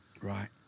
Right